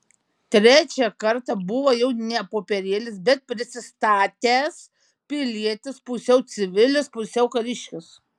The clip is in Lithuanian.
trečią kartą buvo jau ne popierėlis bet prisistatęs pilietis pusiau civilis pusiau kariškis